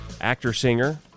actor-singer